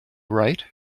right